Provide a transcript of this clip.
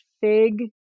fig